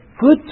good